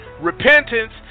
Repentance